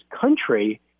country